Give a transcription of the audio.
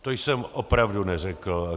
To jsem opravdu neřekl.